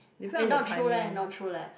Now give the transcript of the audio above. eh not true leh not true leh